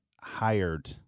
hired